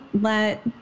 let